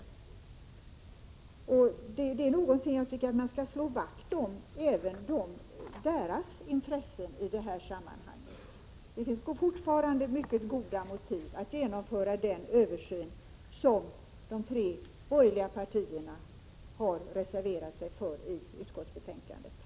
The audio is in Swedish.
Även deras intressen i det här sammanhanget är någonting jag tycker man skall slå vakt om. Det finns mycket goda skäl att genomföra den översyn som de tre borgerliga partierna har reserverat sig för i utskottsbetänkandet.